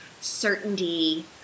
certainty